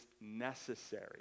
necessary